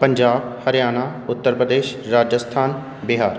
Punjab Haryana Uttar Pradesh Rajasthan Bihar